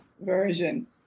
version